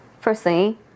Firstly